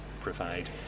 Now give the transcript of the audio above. provide